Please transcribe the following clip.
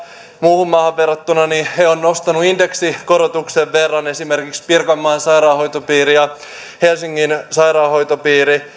muuhun maahan verrattuna ovat nostaneet niitä indeksikorotuksen verran esimerkiksi pirkanmaan sairaanhoitopiiri ja helsingin sairaanhoitopiiri